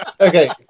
Okay